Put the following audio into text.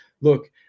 look